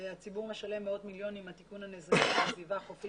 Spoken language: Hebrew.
הציבור משלם מאות מיליונים על תיקון הנזקים בסביבה החופית